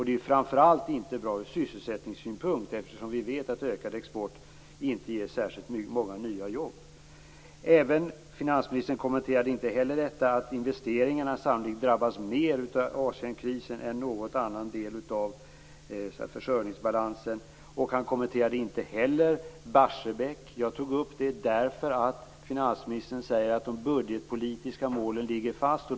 Det är framför allt inte bra ur sysselsättningssynpunkt, eftersom vi vet att ökad export inte ger särskilt många nya jobb. Finansministern kommenterade inte detta att investeringarna sannolikt drabbas mer av Asienkrisen än någon annan del av försörjningsbalansen. Han kommenterade inte heller frågan om Barsebäck. Jag tog upp frågan därför att finansministern säger att de budgetpolitiska målen ligger fast.